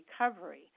recovery